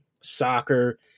soccer